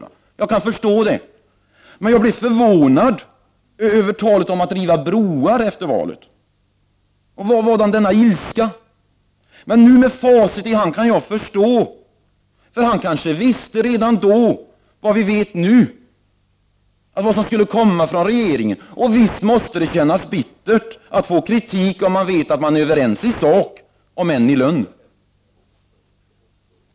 Men jag blev förvånad över det som sades efter valet när det gällde detta med att riva broar. Varför denna ilska? Nu, med facit i hand, kan jag förstå detta. Kanske visste Bengt Westerberg redan då vad vi vet nu om vad som skulle komma från regeringen. Visst måste det kännas bittert att få kritik om man vet att man är överens i sak — även om det är i lönn.